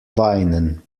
weinen